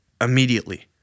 immediately